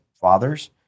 fathers